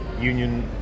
Union